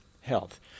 health